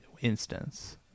instance